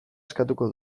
eskatuko